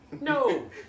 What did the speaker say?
No